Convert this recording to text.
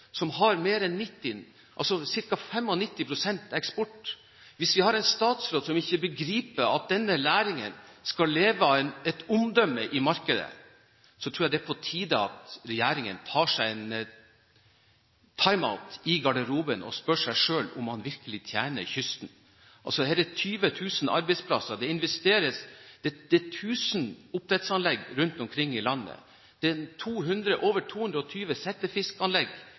som har ca. 95 pst. eksport. Hvis vi har en statsråd som ikke begriper at denne næringen skal leve av et omdømme i markedet, tror jeg det er på tide at regjeringen tar seg en «time-out» i garderoben og spør seg selv om man virkelig tjener kysten. Det er 20 000 arbeidsplasser, det investeres, det er 1 000 oppdrettsanlegg rundt omkring i landet, det er over 220 settefiskanlegg